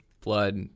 blood